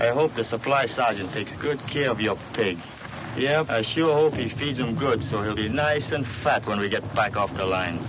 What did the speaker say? i hope the supply sergeant takes good care of your take yeah i sure hope he feeds him good so really nice in fact when we get back off the line